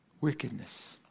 Wickedness